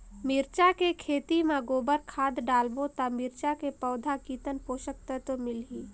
मिरचा के खेती मां गोबर खाद डालबो ता मिरचा के पौधा कितन पोषक तत्व मिलही?